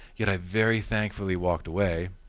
yet i very thankfully walked away